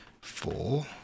four